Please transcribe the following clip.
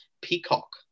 Peacock